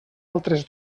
altres